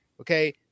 Okay